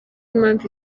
impamvu